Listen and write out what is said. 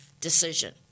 decision